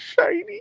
shiny